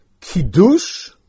Kiddush